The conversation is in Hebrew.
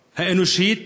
האנושית,